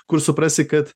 kur suprasi kad